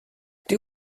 die